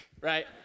right